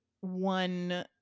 one